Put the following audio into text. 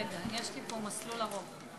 רגע, יש לי פה מסלול ארוך.